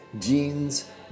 jeans